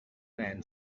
man